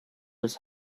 his